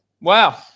Wow